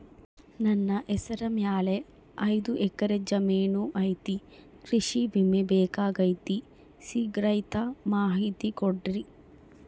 ನನ್ನ ಹೆಸರ ಮ್ಯಾಲೆ ಐದು ಎಕರೆ ಜಮೇನು ಐತಿ ಕೃಷಿ ವಿಮೆ ಬೇಕಾಗೈತಿ ಸಿಗ್ತೈತಾ ಮಾಹಿತಿ ಕೊಡ್ರಿ?